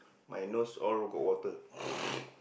my nose all got water